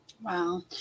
Wow